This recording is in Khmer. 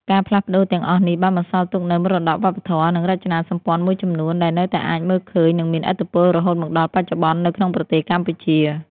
ការផ្លាស់ប្ដូរទាំងអស់នេះបានបន្សល់ទុកនូវមរតកវប្បធម៌ និងរចនាសម្ព័ន្ធមួយចំនួន ដែលនៅតែអាចមើលឃើញ និងមានឥទ្ធិពលរហូតមកដល់បច្ចុប្បន្ននៅក្នុងប្រទេសកម្ពុជា។